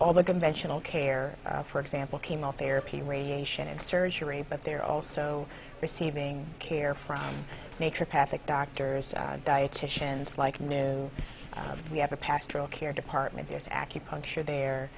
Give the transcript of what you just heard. all the conventional care for example chemotherapy radiation and surgery but they're also receiving care from nature passing doctors dietitians like new and we have a pastoral care department there's acupuncture there